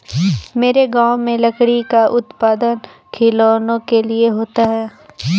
मेरे गांव में लकड़ी का उत्पादन खिलौनों के लिए होता है